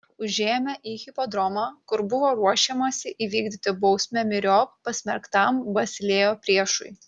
užėjome į hipodromą kur buvo ruošiamasi įvykdyti bausmę myriop pasmerktam basilėjo priešui